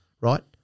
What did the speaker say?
right